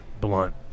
blunt